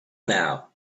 now